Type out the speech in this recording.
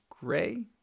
Gray